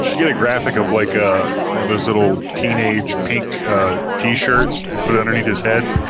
get a graphic of like ah. one of those little teenage pink t-shirts and put underneath his head.